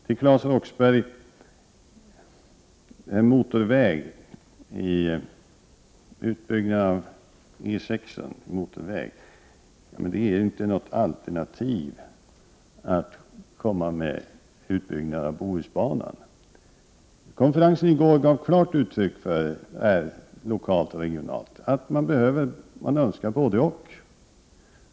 Till Claes Roxbergh vill jag säga att när det gäller utbyggnaden av E 6 till motorväg är utbyggnad av Bohusbanan inte något alternativ att komma med. Konferensen i går gav klart uttryck för att man regionalt och lokalt önskar både-och.